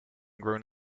grown